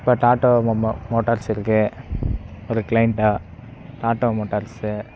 இப்போ டாட்டா மோட்டார்ஸ் இருக்குது அப்பறோம் க்ளையண்ட்டா டாட்டா மோட்டார்ஸு